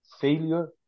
failure